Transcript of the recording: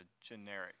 generic